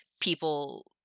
people